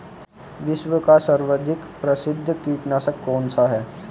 विश्व का सर्वाधिक प्रसिद्ध कीटनाशक कौन सा है?